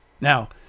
now